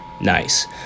Nice